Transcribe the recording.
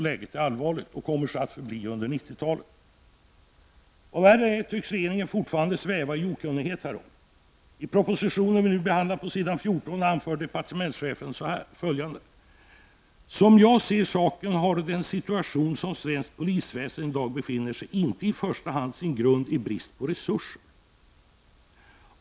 Läget är allvarligt och kommer så att förbli under 90-talet. Vad värre är tycks regeringen fortfarande sväva i okunnighet härom. I den proposition vi nu behandlar anför departementschefen på s. 14 följande: ''Som jag ser saken har den situation som svenskt polisväsende i dag befinner sig i inte i första hand sin grund i brist på resurser.